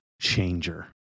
changer